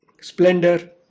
splendor